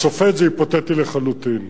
השופט, זה היפותטי לחלוטין.